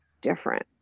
different